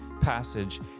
passage